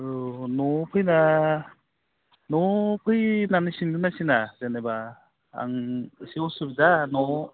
न'आव फैना न'आव फैनानै सिनगोनना सिना जेनेबा आं इसे उसुबिदा न'आव